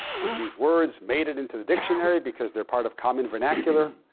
because these words made it into the dictionary because they're part of common vernacular.